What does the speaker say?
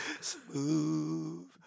Smooth